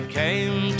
came